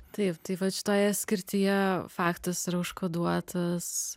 taip tai vat šitoje skirtyje faktas ir užkoduotas